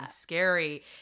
scary